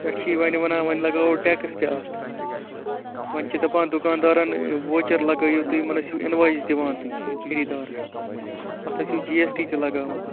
پٮ۪ٹھٕ چھِ وٕنۍ وَنان وٕنہِ لَگاوَو ٹیکٕس تہِ اَتھ وٕنۍ چھِ دپان دُکاندارَن وۄچَر لگٲیِو تہٕ یِمَن ٲسیو اِنوایِس دِوان تُہۍ خریٖدارَس اَتھ ٲسیو جی ایس ٹی تہِ لگاوان